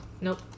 Nope